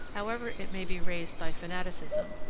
however it may be raised by fanaticism,